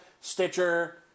Stitcher